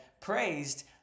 praised